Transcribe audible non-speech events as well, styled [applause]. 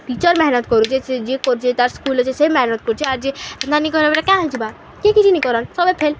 teacher ମେହନତ କରୁଛେ ସେ ଯିଏ କରୁଛେ ତାର୍ ସ୍କୁଲ ଅଛେ ସେ ମେହନତ କରୁଛେ ଆର୍ ଯେ [unintelligible] କାଁ ହେଇଯିବା କିଏ କିଛି ନ କରନ୍ ସଭେଁ ଫେଲ୍